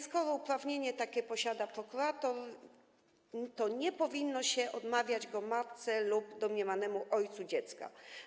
Skoro uprawnienie takie posiada prokurator, nie powinno się odmawiać go matce lub domniemanemu ojcu dziecka.